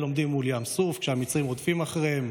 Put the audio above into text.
עומדים מול ים סוף כשהמצרים רודפים אחריהם,